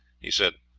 he said